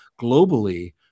globally